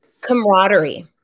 camaraderie